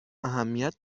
اهمیت